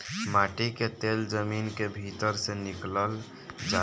माटी के तेल जमीन के भीतर से निकलल जाला